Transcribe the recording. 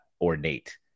ornate